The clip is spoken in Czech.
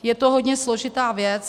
Je to hodně složitá věc.